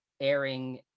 airing